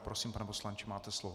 Prosím, pane poslanče, máte slovo.